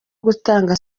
gutanga